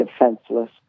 defenseless